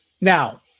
Now